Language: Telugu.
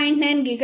2 dBm